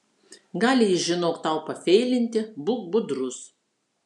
gali jis žinok tau pafeilinti būk budrus